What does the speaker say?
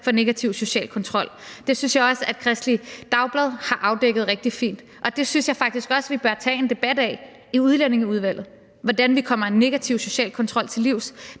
for negativ social kontrol. Det synes jeg også at Kristeligt Dagblad har afdækket rigtig fint. Og det synes jeg faktisk også at vi bør tage en debat om i Udlændinge- og Integrationsudvalget. Og hvordan vi kommer negativ social kontrol til livs,